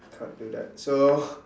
we can't do that so